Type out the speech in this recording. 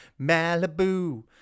Malibu